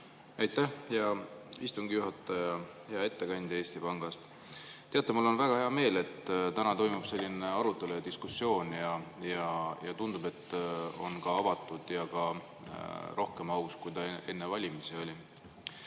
Aitäh, hea istungi juhataja! Hea ettekandja Eesti Pangast! Teate, mul on väga hea meel, et täna toimub selline arutelu ja diskussioon, mis, tundub, on ka avatud ja rohkem aus, kui ta enne valimisi oli.